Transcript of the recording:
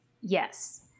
Yes